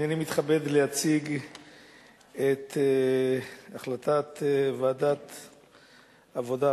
הנני מתכבד להציג את החלטת ועדת העבודה,